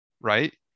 right